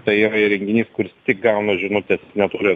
tai yra įrenginys kuris tik gauna žinutes neturi